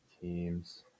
teams